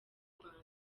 rwanda